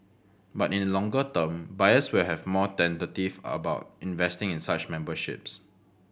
but in the longer term buyers will have more tentative about investing in such memberships